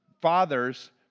father's